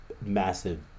massive